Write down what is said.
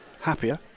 happier